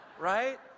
Right